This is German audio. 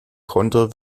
konter